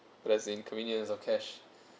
as in convenience of cash